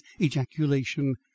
ejaculation